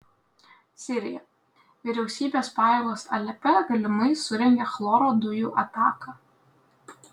sirija vyriausybės pajėgos alepe galimai surengė chloro dujų ataką